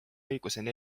õiguse